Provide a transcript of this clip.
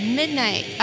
midnight